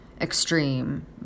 extreme